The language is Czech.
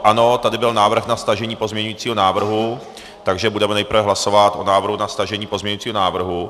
Ano, tady byl návrh na stažení pozměňujícího návrhu, takže budeme nejprve hlasovat o návrhu na stažení pozměňujícího návrhu.